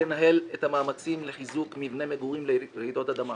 שתנהל את המאמצים לחיזוק מבני מגורים לרעידות אדמה.